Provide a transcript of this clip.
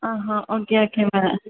okay okay madam